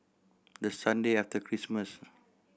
the Sunday after Christmas